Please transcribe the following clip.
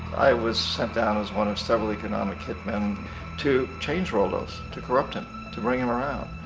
i was send down as one of several economic hitman to change roldos. to corrupt him. to bring em around.